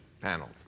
panel